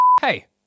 Hey